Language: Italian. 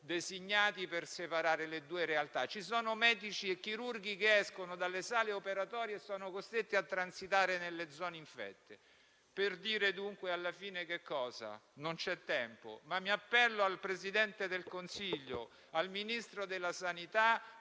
designati per separare le due realtà. Ci sono medici e chirurghi che escono dalle sale operatorie e sono costretti a transitare nelle zone infette. Per dire dunque alla fine che cosa? Non c'è tempo, ma mi appello al Presidente del Consiglio e al Ministro della salute,